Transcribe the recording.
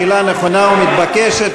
שאלה נכונה ומתבקשת,